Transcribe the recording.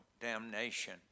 damnation